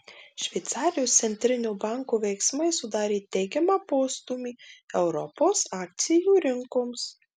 šveicarijos centrinio banko veiksmai sudarė teigiamą postūmį europos akcijų rinkoms